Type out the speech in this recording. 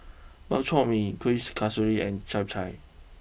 Bak Chor Mee Kuih Kasturi and Chap Chai